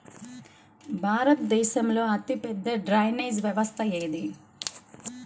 భారతదేశంలో అతిపెద్ద డ్రైనేజీ వ్యవస్థ ఏది?